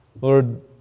Lord